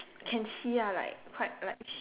can see ah like quite like she